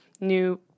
new